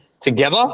together